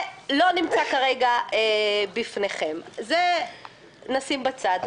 זה לא נמצא כרגע בפניכם, את זה נשים בצד.